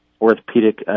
Orthopedic